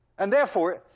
and therefore,